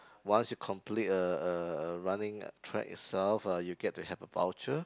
once you complete a a a running track itself uh you get to have a voucher